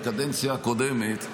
בקדנציה הקודמת,